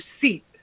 seat